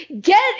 get